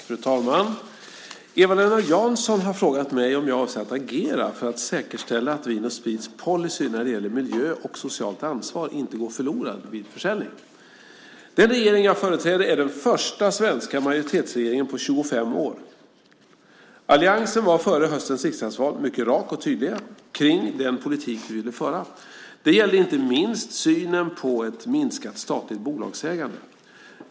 Fru talman! Eva-Lena Jansson har frågat mig om jag avser att agera för att säkerställa att Vin & Sprits policy när det gäller miljö och socialt ansvar inte går förlorad vid försäljning. Den regering jag företräder är den första svenska majoritetsregeringen på 25 år. Alliansen var före höstens riksdagsval mycket rak och tydlig kring den politik vi ville föra. Detta gällde inte minst synen på ett minskat statligt bolagsägande.